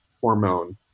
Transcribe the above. hormone